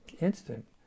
instant